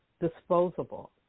disposable